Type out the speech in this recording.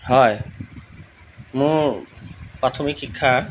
হয় মোৰ প্ৰাথমিক শিক্ষা